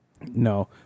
No